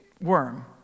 worm